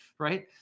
right